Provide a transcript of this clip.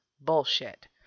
bullshit